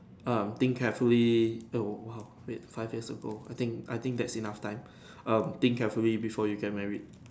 um think carefully no !wow! wait five years ago I think I think that's enough time um think carefully before you get married